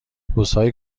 روزهای